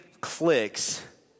clicks